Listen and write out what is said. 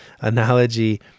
analogy